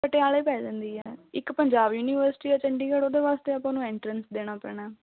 ਪਟਿਆਲੇ ਪੈ ਜਾਂਦੀ ਆ ਇੱਕ ਪੰਜਾਬ ਯੂਨੀਵਰਸਿਟੀ ਆ ਚੰਡੀਗੜ੍ਹ ਉਹਦੇ ਵਾਸਤੇ ਆਪਾਂ ਨੂੰ ਐਂਟਰੈਂਸ ਦੇਣਾ ਪੈਣਾ